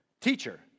Teacher